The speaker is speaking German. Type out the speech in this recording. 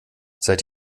seid